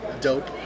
dope